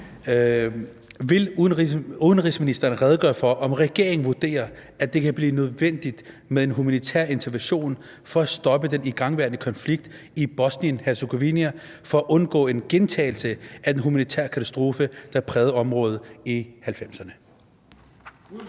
Vil udenrigsministeren redegøre for, om regeringen vurderer, at det kan blive nødvendigt med en humanitær intervention for at stoppe den igangværende konflikt i Bosnien-Hercegovina for at undgå en gentagelse af den humanitære katastrofe, der prægede området i 1990’erne?